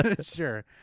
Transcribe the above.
Sure